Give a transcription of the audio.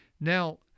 Now